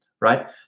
right